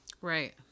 right